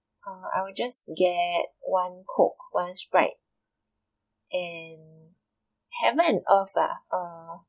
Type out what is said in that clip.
uh I will just get one coke one sprite and heaven and earth ah err